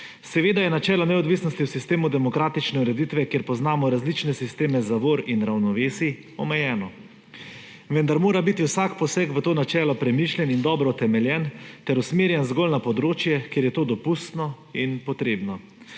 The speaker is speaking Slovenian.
Seveda je načelo neodvisnosti v sistemu demokratične ureditve, kjer poznamo različne sisteme zavor in ravnovesij, omejeno, vendar mora biti vsak poseg v to načelo premišljen in dobro utemeljen ter usmerjen zgolj na področje, kje je to dopustno in potrebno.